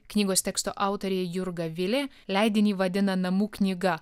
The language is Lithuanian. knygos teksto autorė jurga vilė leidinį vadina namų knyga